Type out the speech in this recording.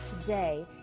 today